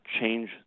change